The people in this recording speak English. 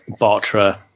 Bartra